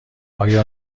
آیا